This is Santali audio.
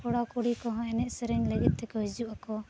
ᱠᱚᱲᱟᱼᱠᱩᱲᱤ ᱠᱚᱦᱚᱸ ᱮᱱᱮᱡᱼᱥᱮᱨᱮᱧ ᱞᱟᱹᱜᱤᱫ ᱛᱮᱠᱚ ᱦᱤᱡᱩᱜ ᱟᱠᱚ